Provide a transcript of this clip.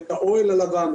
את האוהל הלבן,